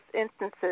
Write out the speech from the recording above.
instances